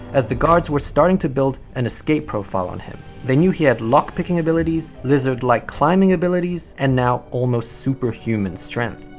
as the guards were starting to build an escape profile on him. they knew he had lock picking abilities, lizard-like climbing abilities, and now almost superhuman strength.